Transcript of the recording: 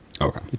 okay